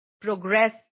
progress